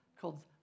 called